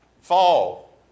Fall